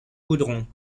goudron